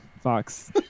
fox